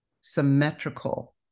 symmetrical